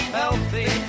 healthy